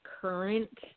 current